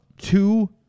two